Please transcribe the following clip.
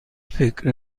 فکر